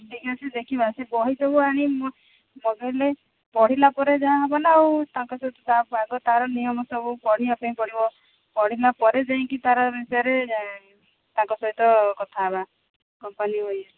ଠିକ୍ଅଛି ଦେଖିବା ସେ ବହି ସବୁ ଆଣି ମଗେଇଲେ ପଢ଼ିଲା ପରେ ଯାହାହେବ ନା ଆଉ ତାଙ୍କ ସହିତ ତା ଆଗ ତା'ର ନିୟମ ସବୁ ପଢ଼ିବାପାଇଁ ପଡ଼ିବ ପଢ଼ିଲାପରେ ଯାଇକି ତା'ର ବିଷୟରେ ତାଙ୍କ ସହିତ କଥାହେବା କମ୍ପାନୀ ଆଉ ଇଏ